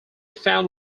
found